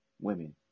women